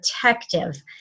protective